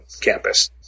campus